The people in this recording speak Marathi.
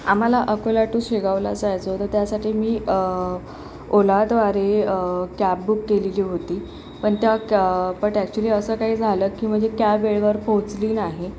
आम्हाला अकोला टू शेगावला जायचं होतं त्यासाठी मी ओलाद्व्रारे कॅब बुक केलेली होती पण त्या क्या बट ॲक्चुअली असं काही झालं की म्हणजे कॅब वेळेवर पोचली नाही